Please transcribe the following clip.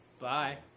Bye